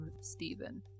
Stephen